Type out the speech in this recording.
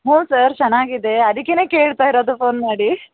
ಹ್ಞೂ ಸರ್ ಚೆನ್ನಾಗಿದೆ ಅದಕ್ಕೆನೆ ಕೇಳ್ತಾ ಇರೋದು ಫೋನ್ ಮಾಡಿ